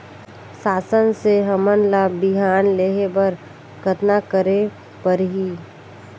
शासन से हमन ला बिहान लेहे बर कतना करे परही?